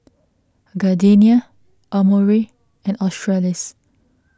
Gardenia Amore and Australis